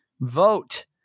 vote